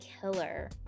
Killer